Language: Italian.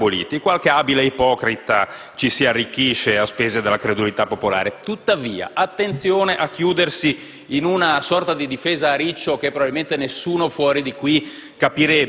qualche abile ipocrita si arricchisce a spese della credulità popolare. Tuttavia, attenzione a chiudersi in una sorta di difesa a riccio che, probabilmente, nessuno fuori di qui